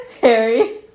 harry